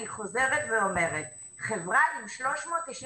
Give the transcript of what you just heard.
אני חוזרת ואומרת, חברה עם 399